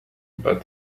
but